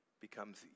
becomes